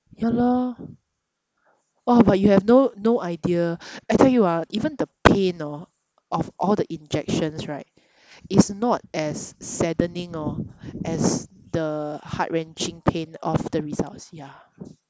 ya lor !wah! but you have no no idea I tell you ah even the pain hor of all the injections right it's not as saddening hor as the heart-wrenching pain of the results ya